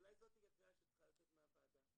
ואולי זאת קריאה שצריכה לצאת מהוועדה.